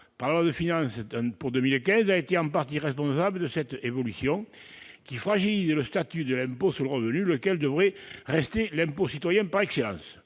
par la loi de finances pour 2015 a été en partie responsable de cette évolution, qui fragilise le statut de l'impôt sur le revenu, lequel devrait rester l'impôt citoyen par excellence.